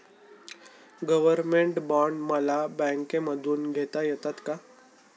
Government bond मला बँकेमधून घेता येतात का?